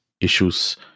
issues